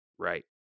Right